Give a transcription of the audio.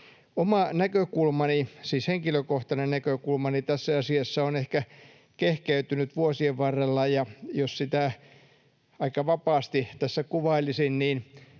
Oma näkökulmani, siis henkilökohtainen näkökulmani, tässä asiassa on ehkä kehkeytynyt vuosien varrella, ja jos sitä aika vapaasti tässä kuvailisin, niin